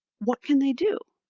what can they do?